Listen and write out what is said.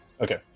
Okay